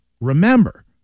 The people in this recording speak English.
remember